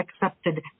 accepted